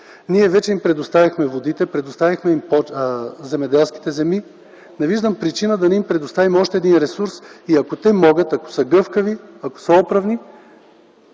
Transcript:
Ние вече им предоставихме водите, земеделските земи. Не виждам причина да не им предоставим още един ресурс и ако те могат, ако са гъвкави и оправни,